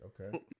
Okay